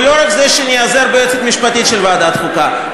ולא רק זה שניעזר ביועצת המשפטית של ועדת חוקה,